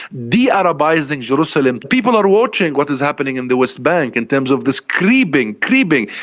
de-arabising jerusalem people are watching what is happening in the west bank in terms of this creeping, creeping.